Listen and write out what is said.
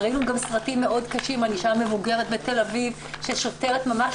ראינו גם סרטים מאוד קשים על אישה מבוגרת בתל אביב ששוטרת ממש